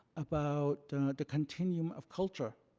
about the continuum of culture.